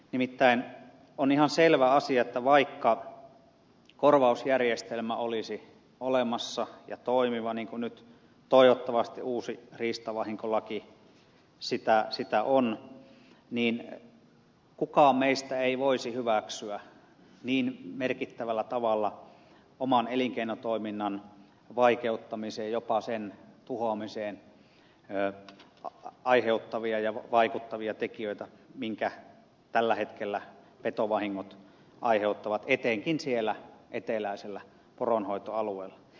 nimittäin on ihan selvä asia että vaikka korvausjärjestelmä olisi olemassa ja toimiva niin kuin nyt toivottavasti uusi riistavahinkolaki sitä on niin kukaan meistä ei voisi hyväksyä niin merkittävällä tavalla oman elinkeinotoiminnan vaikeuttamiseen jopa sen tuhoamiseen aiheuttavia ja vaikuttavia tekijöitä mitä tällä hetkellä petovahingot aiheuttavat etenkin siellä eteläisellä poronhoitoalueella